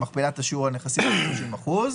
חודש.